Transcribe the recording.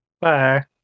Bye